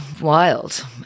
wild